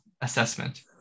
Assessment